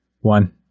one